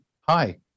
hi